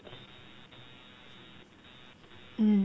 mm